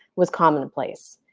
was commonplace.